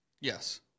Yes